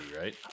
right